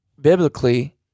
biblically